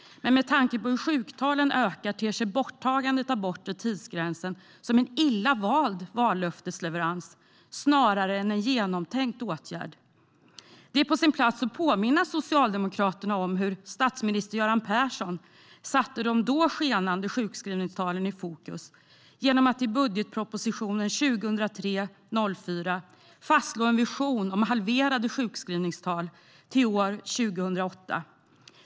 Men med tanke på hur sjuktalen ökar ter sig borttagandet av den bortre tidsgränsen snarare som en illa vald vallöftesleverans än en genomtänkt åtgärd. Det är på sin plats att påminna Socialdemokraterna om hur dåvarande statsminister Göran Persson satte de då skenande sjukskrivningstalen i fokus genom att i budgetpropositionen 2003/04 fastslå en vision om halverade sjukskrivningstal till 2008.